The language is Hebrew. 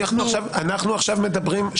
אנחנו עכשיו מדברים,